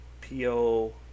P-O